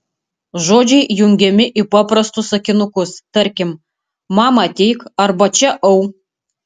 žodžiai jungiami į paprastus sakinukus tarkim mama ateik arba čia au